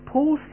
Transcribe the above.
Paul